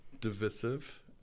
divisive